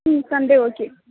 ம் Sunday okay